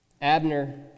Abner